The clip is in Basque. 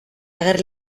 ager